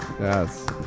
Yes